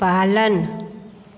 पालन